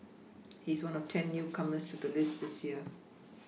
he is one of ten newcomers to the list this year